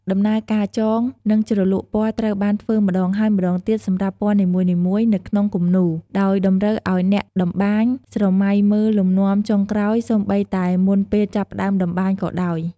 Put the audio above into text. ដំណើរការចង និងជ្រលក់ពណ៌ត្រូវបានធ្វើម្តងហើយម្តងទៀតសម្រាប់ពណ៌នីមួយៗនៅក្នុងគំនូរ ដោយតម្រូវឱ្យអ្នកតម្បាញស្រមៃមើលលំនាំចុងក្រោយសូម្បីតែមុនពេលចាប់ផ្តើមតម្បាញក៏ដោយ។